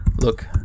look